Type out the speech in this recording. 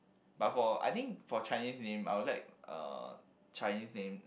but for I think for Chinese name I would like uh Chinese name